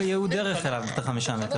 אתה יכול לעבור בייעוד דרך אליו, את ה-5 מטר.